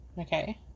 Okay